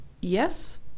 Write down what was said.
Yes